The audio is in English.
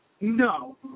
No